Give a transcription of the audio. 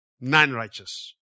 non-righteous